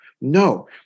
No